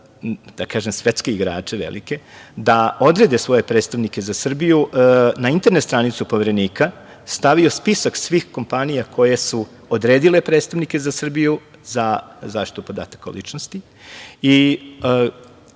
da kažem svetske igrače, velike, da odrede svoje predstavnike za Srbiju na internet stranicu Poverenika sam stavio spisak svih kompanija koje su odredile predstavnike za Srbiju za zaštitu podataka o ličnosti i